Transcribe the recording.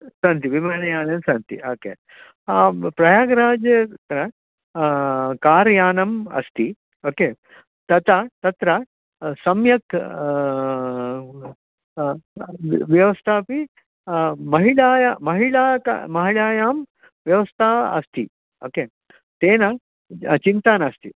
सन्ति विमानयानानि सन्ति ओके प्रयागराजत्र कार्यानम् अस्ति ओके तथा तत्र सम्यक् व्यवस्थापि महिलायै महिलायै महिलायै व्यवस्था अस्ति ओके तेन चिन्ता नास्ति